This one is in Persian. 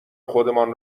خودمان